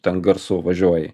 ten garsu važiuoji